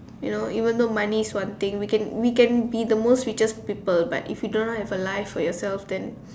you know even though money is one thing we can we can be the most richest people but if you don't have a life for yourself then